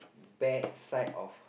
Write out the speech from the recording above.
bad side of